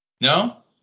no